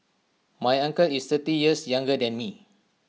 my uncle is thirty years younger than me